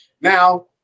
now